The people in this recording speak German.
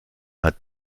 hat